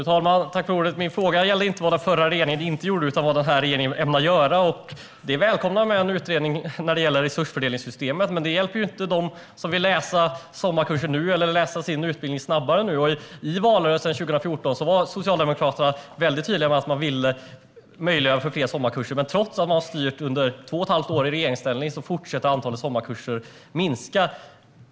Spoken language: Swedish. Fru talman! Min fråga gällde inte vad den förra regeringen inte gjorde utan vad den här regeringen ämnar göra. Det är välkommet med en utredning när det gäller resursfördelningssystemet, men det hjälper inte dem som vill läsa sommarkurser nu eller dem som vill läsa sin utbildning snabbare. I valrörelsen 2014 var Socialdemokraterna väldigt tydliga med att man ville möjliggöra fler sommarkurser. Men trots att man nu har styrt i regeringsställning under två och ett halvt år fortsätter antalet sommarkurser att minska.